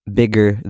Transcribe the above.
bigger